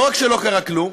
לא רק שלא קרה כלום,